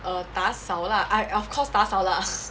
err 打扫 lah I of course 打扫 lah